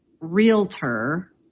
realtor